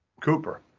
Cooper